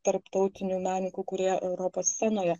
tarptautinių menikų kurie europos scenoje